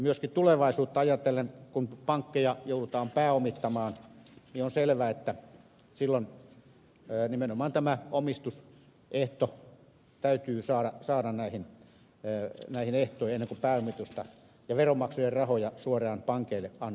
myöskin tulevaisuutta ajatellen kun pankkeja joudutaan pääomittamaan niin on selvää että silloin nimenomaan tämä omistusehto täytyy saada näihin ehtoihin ennen kuin pääomitusta ja veronmaksajien rahoja suoraan pankeille annetaan